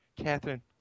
Catherine